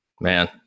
Man